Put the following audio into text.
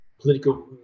political